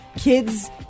kids